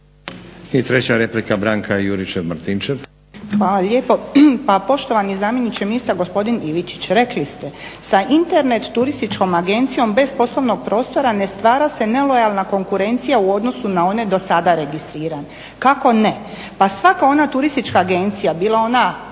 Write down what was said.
Branka (HDZ)** Hvala lijepo. Pa poštovani zamjeniče ministra gospodin Ivičić, rekli ste sa internet turističkom agencijom bez poslovnog prostora ne stvara se nelojalna konkurencija u odnosu na one do sada registrirane. Kako ne, pa svaka ona turistička agencija, bila ona